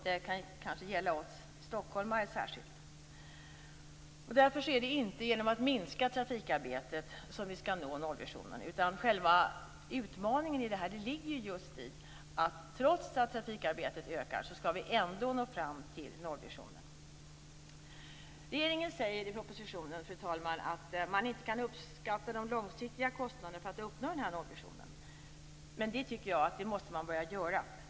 Det kan kanske gälla oss stockholmare särskilt. Därför är det inte genom att minska trafikarbetet som vi skall nå nollvisionen. Själva utmaningen i detta ligger just i att trots att trafikarbetet ökar, skall vi nå fram till nollvisionen. Regeringen säger i propositionen, fru talman, att man inte kan uppskatta de långsiktiga kostnaderna för att uppnå nollvisionen. Men det tycker jag att man måste börja göra.